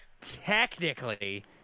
Technically